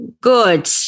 good